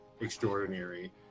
extraordinary